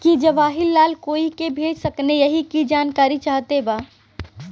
की जवाहिर लाल कोई के भेज सकने यही की जानकारी चाहते बा?